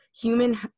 human